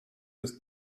des